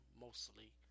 mostly